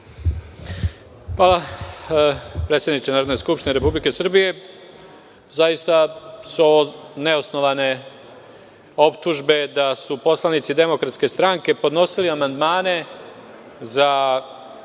Hvala, predsedniče Narodne skupštine Republike Srbije. Zaista su ovo neosnovane optužbe da su poslanici DS podnosili amandmane za